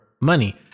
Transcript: money